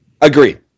Agree